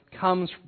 comes